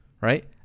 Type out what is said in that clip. right